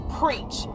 preach